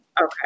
Okay